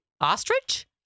Ostrich